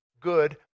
good